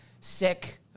sick